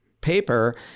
paper